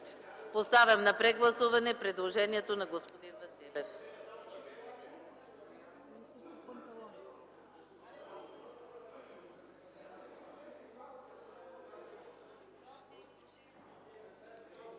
Поставям на прегласуване предложението на господин Василев.